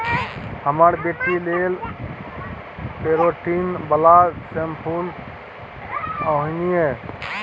हमर बेटी लेल केरेटिन बला शैंम्पुल आनिहे